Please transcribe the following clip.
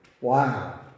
wow